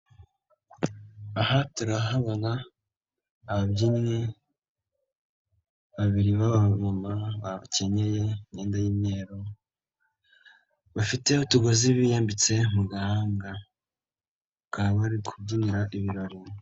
Aha turahabona, ababyinnyi, babiri b'abamama, bakinyeye imyenda y'imyeru, bafite utugozi biyambitse mu gahanga, bakaba bari kubyinira ibirori.